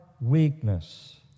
weakness